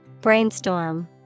Brainstorm